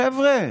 חבר'ה,